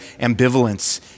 ambivalence